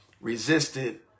resisted